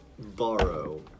Borrow